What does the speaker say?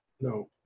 no